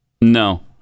no